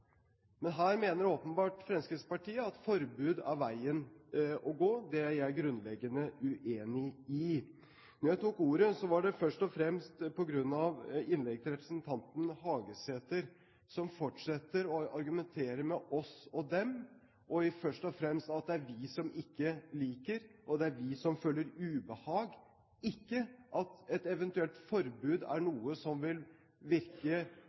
Men her mener åpenbart Fremskrittspartiet at forbud er veien å gå. Det er jeg grunnleggende uenig i. Når jeg tok ordet, var det først og fremst på grunn av innlegget til representanten Hagesæter, som fortsetter å argumentere med oss og dem, og først og fremst at det er vi som ikke liker, og det er vi som føler ubehag – ikke at et eventuelt forbud er noe som vil virke